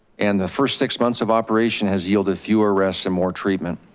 and the first six months of operation has yielded fewer arrests and more treatment.